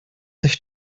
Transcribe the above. sich